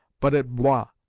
but at blois,